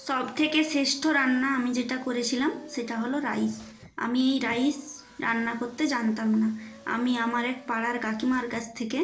সব থেকে শ্রেষ্ঠ রান্না আমি যেটা করেছিলাম সেটা হল রাইস আমি এই রাইস রান্না করতে জানতাম না আমি আমার এক পাড়ার কাকিমার কাছ থেকে